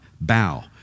bow